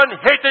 hated